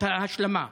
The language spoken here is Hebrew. את ההשלמה.